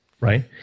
right